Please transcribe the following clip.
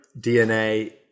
DNA